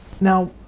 Now